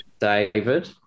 David